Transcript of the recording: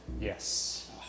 Yes